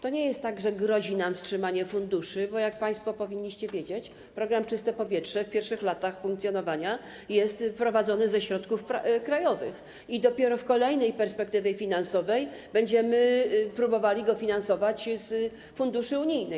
To nie jest tak, że grozi nam wstrzymanie funduszy, bo, jak państwo powinniście wiedzieć, program „Czyste powietrze” w pierwszych latach funkcjonowania jest prowadzony z wykorzystaniem środków krajowych i dopiero w kolejnej perspektywie finansowej będziemy próbowali go finansować z funduszy unijnych.